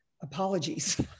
apologies